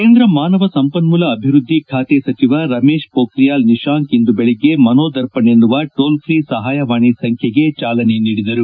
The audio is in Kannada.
ಕೇಂದ್ರ ಮಾನವ ಸಂಪನ್ನೂಲ ಅಭಿವೃದ್ದಿ ಖಾತೆ ಸಚಿವ ರಮೇಶ್ ಪೋಕ್ರಿಯಾಲ್ ನಿಶಾಂಕ್ ಇಂದು ಬೆಳಗ್ಗೆ ಮನೋದರ್ಪಣ್ ಎನ್ನುವ ಟೋಲ್ಫ್ರೀ ಸಹಾಯವಾಣಿ ಸಂಬ್ಲೆಗೆ ಚಾಲನೆ ನೀಡಿದರು